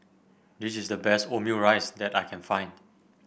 this is the best Omurice that I can find